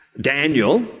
Daniel